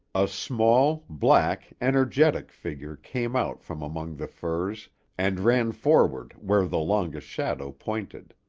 a small, black, energetic figure came out from among the firs and ran forward where the longest shadow pointed.